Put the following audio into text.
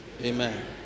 Amen